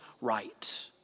right